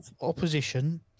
opposition